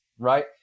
right